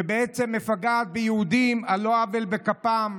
שבעצם מפגעת ביהודים על לא עוול בכפם.